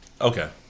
Okay